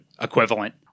equivalent